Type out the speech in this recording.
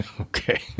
Okay